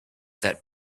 that